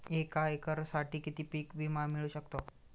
एका एकरसाठी किती पीक विमा मिळू शकतो?